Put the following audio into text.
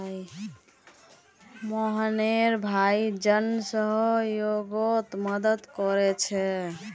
मोहनेर भाई जन सह्योगोत मदद कोरछे